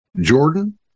Jordan